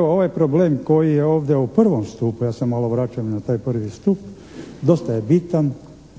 ovaj problem koji je ovdje u prvom stupu, ja se malo vraćam i na taj prvi stup, dosta je bitan,